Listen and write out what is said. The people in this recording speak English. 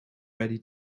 ready